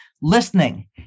listening